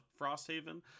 Frosthaven